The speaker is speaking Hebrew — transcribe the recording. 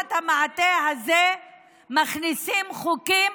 ותחת המעטה הזה מכניסים חוקים